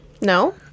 No